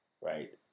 right